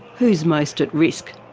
who's most at risk?